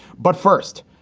but first,